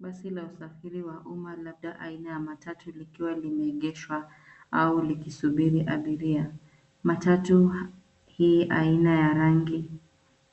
Basi la usafiri wa umma labda aina ya matatu likiwa limeegeshwa au likisubiri abiria. Matatu hii aina ya rangi